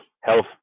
health